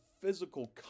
physical